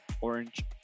orange